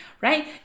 right